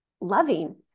loving